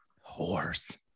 Horse